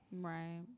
Right